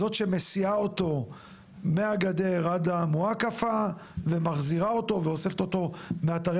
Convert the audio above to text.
זאת שמסיעה אותו מהגדר עד המואקפה ומחזירה אותו ואוספת אותו מאתרי